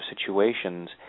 situations